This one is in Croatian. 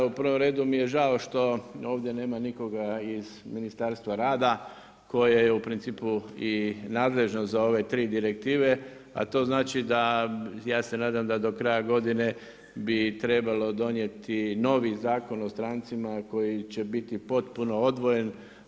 U prvom redu mi je žao što ovdje nema nikoga iz Ministarstva rada koje je u principu i nadležno za ove tri direktive, a to znači da ja se nadam da do kraja godine bi trebalo donijeti novi Zakon o strancima koji će biti potpuno odvojen.